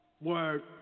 Word